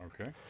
Okay